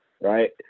Right